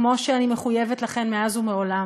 כמו שאני מחויבת לכן מאז ומעולם,